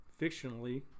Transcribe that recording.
fictionally